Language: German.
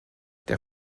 der